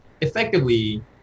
effectively